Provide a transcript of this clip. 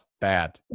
bad